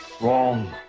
wrong